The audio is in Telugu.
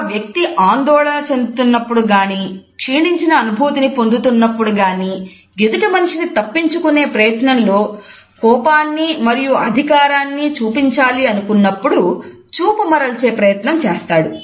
ఒక వ్యక్తి ఆందోళన చెందుతున్నప్పుడు గాని క్షీణించిన అనుభూతిని పొందుతున్నప్పుడు గాని ఎదుటి మనిషిని తప్పించుకునే ప్రయత్నంలో కోపాన్ని మరియు అధికారాన్ని చూపించాలి అనుకున్నప్పుడు చూపు మరల్చే ప్రయత్నం చేస్తాడు